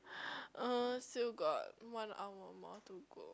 still got one hour more to go